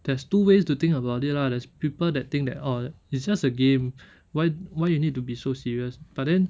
there's two ways to think about it lah there's people that think that orh it's just a game why why you need to be so serious but then